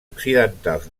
occidentals